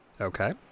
Okay